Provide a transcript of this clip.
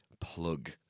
Plug